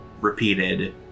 repeated